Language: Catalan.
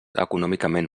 econòmicament